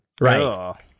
Right